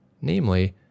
namely